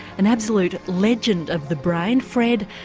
an absolute legend of the brain, fred,